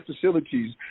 facilities